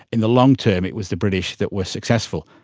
in the long-term it was the british that were successful.